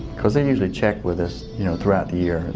because they usually check with us you know throughout the year,